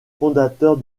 fondateur